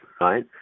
Right